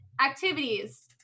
activities